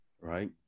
Right